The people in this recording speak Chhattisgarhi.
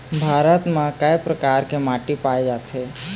भारत म कय प्रकार के माटी पाए जाथे?